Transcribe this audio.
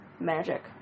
magic